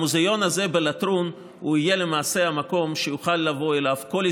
המוזיאון הזה בלטרון יהיה למעשה המקום שאליו יוכל